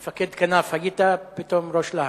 מפקד כנף היית, פתאום ראש להק.